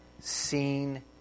seen